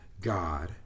God